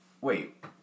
Wait